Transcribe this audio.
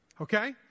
okay